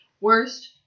Worst